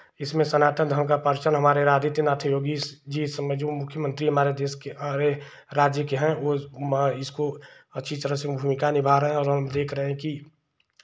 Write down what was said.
इसमें सनातन धर्म का परचम हमारे आदित्यनाथ योगी जी इस समय जो मुख्यमंत्री है हमारे देश के अरे राज्य के हैं वो इसको अच्छी तरह से भूमिका निभा रहे हैं और हम देख रहे हैं कि